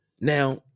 Now